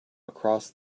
across